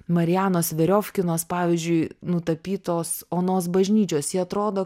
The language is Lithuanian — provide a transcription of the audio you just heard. marianos veriofkinos pavyzdžiui nutapytos onos bažnyčios ji atrodo